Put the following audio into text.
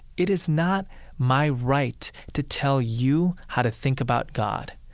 it is not my right to tell you how to think about god.